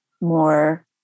more